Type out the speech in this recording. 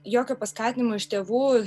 jokio paskatinimo iš tėvų